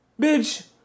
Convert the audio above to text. bitch